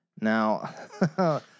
Now